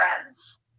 friends